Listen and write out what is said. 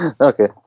Okay